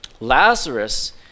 Lazarus